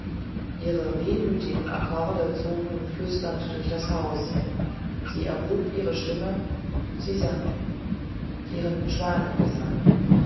ihre wehmütigen akkorde zogen flüsternd durch das haus sie erhob ihre stimme sie sang ihren